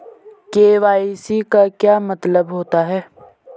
KYC का क्या मतलब होता है?